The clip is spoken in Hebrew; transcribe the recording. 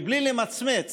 ובלי למצמץ